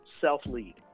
Self-lead